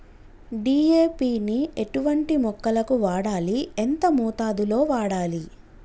DAP ని ఎటువంటి మొక్కలకు వాడాలి? ఎంత మోతాదులో వాడాలి?